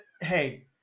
Hey